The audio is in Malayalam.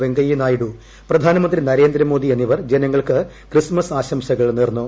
വെങ്കയ്യ നായിഡു പ്രധാനമന്ത്രി നരേന്ദ്രമോദി എന്നിവർ ജനങ്ങൾക്ക് ക്രിസ്മസ് ദിനാശംസകൾ നേർന്നു